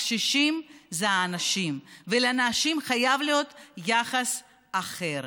הקשישים זה אנשים, ואל אנשים חייב להיות יחס אחר,